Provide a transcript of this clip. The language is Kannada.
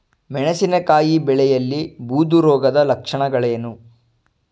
ಮೆಣಸಿನಕಾಯಿ ಬೆಳೆಯಲ್ಲಿ ಬೂದು ರೋಗದ ಲಕ್ಷಣಗಳೇನು?